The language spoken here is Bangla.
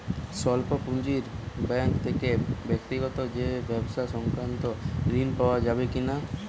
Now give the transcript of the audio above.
স্বল্প পুঁজির ব্যাঙ্ক থেকে ব্যক্তিগত ও ব্যবসা সংক্রান্ত ঋণ পাওয়া যাবে কিনা?